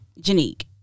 Janique